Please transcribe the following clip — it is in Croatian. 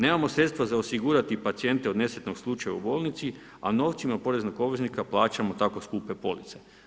Nemamo sredstava za osigurati pacijente od nesretnog slučaja u bolnici, a novcima poreznih obveznika plaćamo tako skupe police.